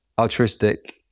altruistic